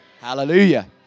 Hallelujah